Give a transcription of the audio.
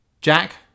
Jack